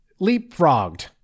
leapfrogged